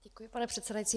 Děkuji, pane předsedající.